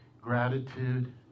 gratitude